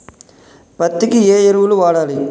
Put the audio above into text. పత్తి కి ఏ ఎరువులు వాడాలి?